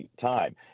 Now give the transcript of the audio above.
time